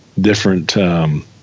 different